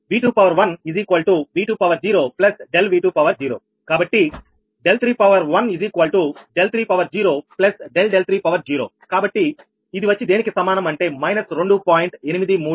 2120 ∆20 3130 ∆30 V21V20 ∆V20 కాబట్టి 3130 ∆30 కాబట్టి ఇది వచ్చి దేనికి సమానం అంటే − 2